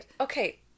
Okay